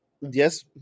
Yes